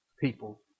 people